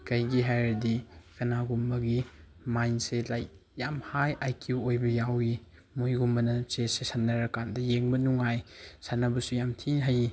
ꯀꯩꯒꯤ ꯍꯥꯏꯔꯗꯤ ꯀꯅꯥꯒꯨꯝꯕꯒꯤ ꯃꯥꯏꯟꯁꯦ ꯂꯥꯏꯛ ꯌꯥꯝ ꯍꯥꯏ ꯑꯥꯏ ꯀ꯭ꯋꯨ ꯑꯣꯏꯕ ꯌꯥꯎꯏ ꯃꯣꯏꯒꯨꯝꯕꯅ ꯆꯦꯁꯁꯦ ꯁꯥꯟꯅꯔ ꯀꯥꯟꯗ ꯌꯦꯡꯕ ꯅꯨꯡꯉꯥꯏ ꯁꯥꯟꯅꯕꯁꯨ ꯌꯥꯝ ꯊꯤ ꯍꯩ